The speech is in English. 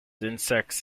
insects